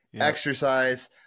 exercise